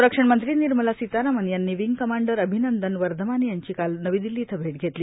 संरक्षण मंत्री निर्मला सीतारामन यांनी विंग कमांडर अभिनंदन वर्धमान यांची काल नवी दिल्ली इथं भेट धेतली